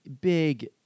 big